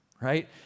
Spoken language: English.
right